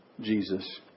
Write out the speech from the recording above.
Jesus